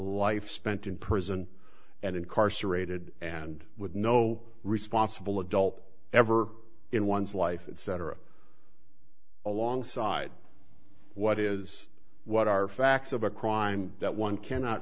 life spent in prison and incarcerated and with no responsible adult ever in one's life etc alongside what is what are facts of a crime that one cannot